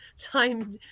time